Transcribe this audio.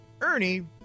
Ernie